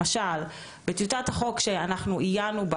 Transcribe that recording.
למשל, בטיוטת החוק שעיינו בה